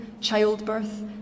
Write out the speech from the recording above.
childbirth